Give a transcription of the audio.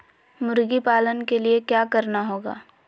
मुर्गी पालन के लिए क्या करना होगा?